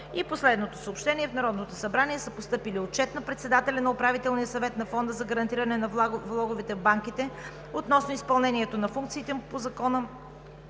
Последното съобщение: В Народното събрание са постъпили Отчет на председателя на Управителния съвет на Фонда за гарантиране на влоговете в банките относно изпълнението на функциите му по Закона